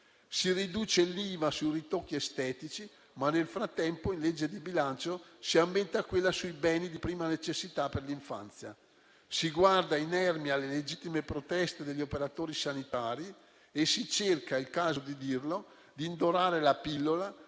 Si riduce l'IVA sui ritocchi estetici, ma nel frattempo in legge di bilancio si aumenta quella sui beni di prima necessità per l'infanzia; si guarda inermi alle legittime proteste degli operatori sanitari e si cerca - è il caso di dirlo - di indorare la pillola